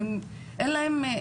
אין להן,